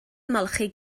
ymolchi